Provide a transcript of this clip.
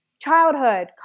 childhood